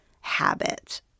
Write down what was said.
habit